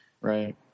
Right